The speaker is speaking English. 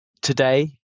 Today